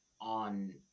on